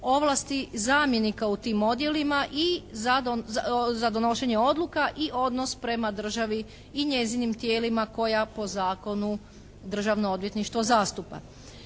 odjela, zamjenika u tim odjela i, za donošenje odluka, i odnos prema državi i njezinim tijelima koja po zakonu Državno odvjetništvo zastupa.